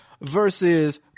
versus